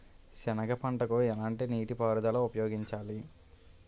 సెనగ పంటకు ఎలాంటి నీటిపారుదల ఉపయోగించాలి?